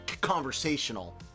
conversational